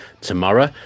tomorrow